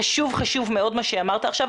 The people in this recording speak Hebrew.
חשוב מאוד מה שאמרת עכשיו.